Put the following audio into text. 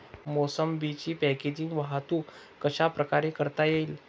मोसंबीची पॅकेजिंग वाहतूक कशाप्रकारे करता येईल?